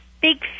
big